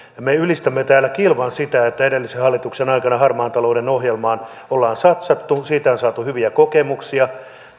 me ylistämme täällä kilvan sitä että edellisen hallituksen aikana harmaan talouden ohjelmaan on satsattu siitä on saatu hyviä kokemuksia